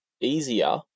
easier